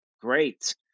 great